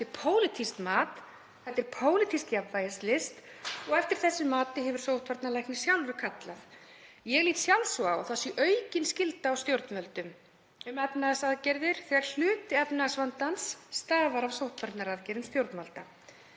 Þetta er pólitískt mat, þetta er pólitísk jafnvægislist og eftir þessu mati hefur sóttvarnalæknir sjálfur kallað. Ég lít svo á að það sé aukin skylda á stjórnvöldum um efnahagsaðgerðir þegar hluti efnahagsvandans stafar af sóttvarnaaðgerðum stjórnvalda.